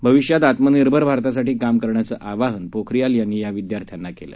भविष्यात आत्मनिर्भर भारतासाठी काम करण्याचं आवाहन पोखरियाल यांनी या विद्यार्थ्यांना केलं